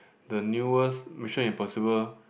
the newest Mission Impossible